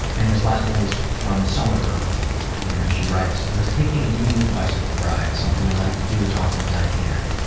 and this last one is from summergirl and she writes i was taking an evening bicycle ride something i like to do as often as i can.